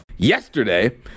Yesterday